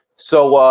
so,